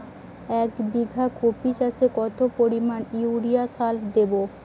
এক বিঘা কপি চাষে কত পরিমাণ ইউরিয়া সার দেবো?